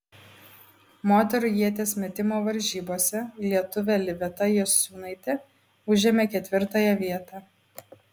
moterų ieties metimo varžybose lietuvė liveta jasiūnaitė užėmė ketvirtąją vietą